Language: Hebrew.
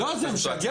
לא, זה משגע